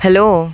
hello